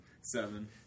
Seven